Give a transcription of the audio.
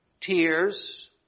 tears